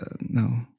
no